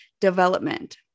development